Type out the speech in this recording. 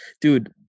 Dude